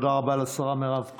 תודה רבה לשרה מירב כהן.